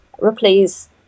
replace